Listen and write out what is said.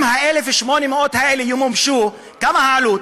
אם 1,800 האלה ימומשו, כמה העלות?